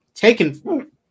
taken